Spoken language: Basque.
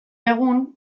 egun